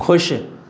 खु़शि